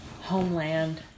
homeland